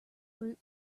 brute